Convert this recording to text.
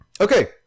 Okay